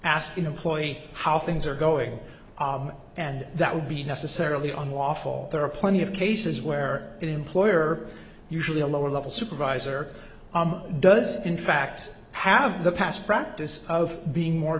an employee how things are going and that would be necessarily on awful there are plenty of cases where an employer usually a lower level supervisor does in fact have the past practice of being more